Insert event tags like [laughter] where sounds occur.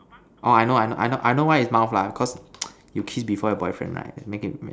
orh I know I know I know I know why is mouth lah because [noise] you kiss before your boyfriend right make him